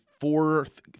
Fourth